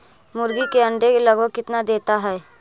मुर्गी के अंडे लगभग कितना देता है?